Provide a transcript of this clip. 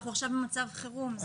אנחנו עכשיו במצב חירום.